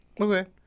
okay